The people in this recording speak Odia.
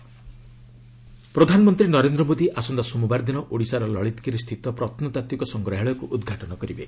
ପିଏମ୍ ଓଡ଼ିଶା ଭିଜିଟ୍ ପ୍ରଧାନମନ୍ତ୍ରୀ ନରେନ୍ଦ୍ର ମୋଦି ଆସନ୍ତା ସୋମବାର ଦିନ ଓଡ଼ିଶାର ଲଳିତଗିରି ସ୍ଥିତ ପ୍ରତ୍ନ ତାତ୍ୱିକ ସଂଗ୍ରାଳୟକୁ ଉଦ୍ଘାଟନ କରିବେ